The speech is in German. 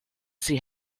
sie